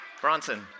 Bronson